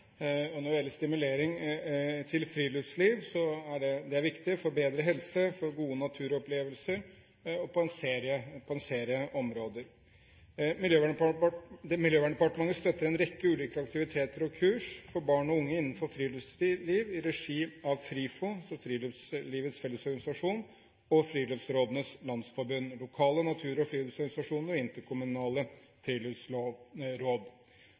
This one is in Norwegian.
Når det gjelder stimulering til friluftsliv, er det viktig for bedre helse og for gode naturopplevelser – ja på en serie områder. Miljøverndepartementet støtter en rekke ulike aktiviteter og kurs for barn og unge innenfor friluftsliv i regi av FRIFO, Friluftslivets fellesorganisasjon, Friluftsrådenes Landsforbund, lokale natur- og friluftsorganisasjoner og interkommunale